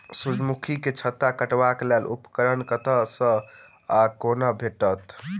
सूर्यमुखी केँ छत्ता काटबाक लेल उपकरण कतह सऽ आ कोना भेटत?